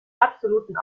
absoluten